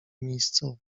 miejscowy